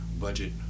budget